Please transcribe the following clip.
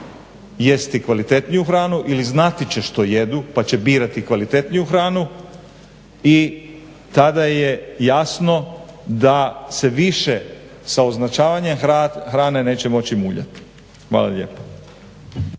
jesti kvalitetniju hranu ili znati će što jedu pa će birati kvalitetniju hranu i tada je jasno da se više sa označavanjem hrane neće moći muljati. Hvala lijepo.